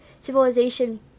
civilization